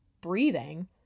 breathing